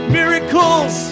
miracles